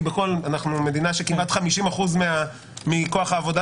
כי אנחנו מדינה שכמעט 50% מכוח העבודה